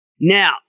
Now